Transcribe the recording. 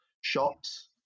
shops